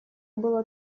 было